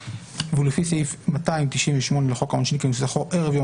העונשין...ולפי סעיף 298 לחוק העונשין כנוסחו ערב יום